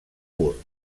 pur